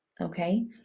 Okay